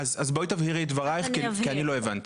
אז בואי תבהירי את דברייך כי אני לא הבנתי.